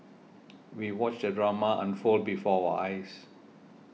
we watched the drama unfold before our eyes